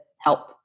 help